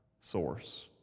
source